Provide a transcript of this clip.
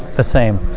the same.